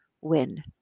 win